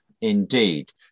indeed